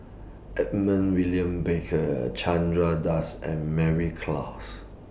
Edmund William Barker Chandra Das and Mary Klass